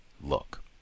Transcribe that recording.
look